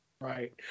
Right